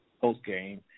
post-game